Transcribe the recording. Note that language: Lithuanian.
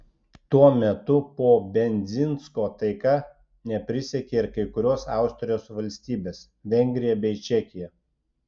tuo metu po bendzinsko taika neprisiekė ir kai kurios austrijos valstybės vengrija bei čekija